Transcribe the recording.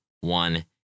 One